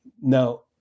Now